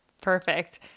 perfect